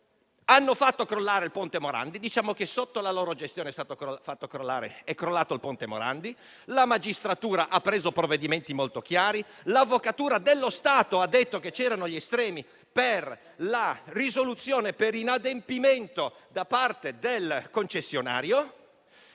Hanno fatto crollare il Ponte Morandi o diciamo che sotto la loro gestione è crollato il ponte Morandi; la magistratura ha preso provvedimenti molto chiari, l'avvocatura dello Stato ha detto che c'erano gli estremi per la risoluzione per inadempimento da parte del concessionario.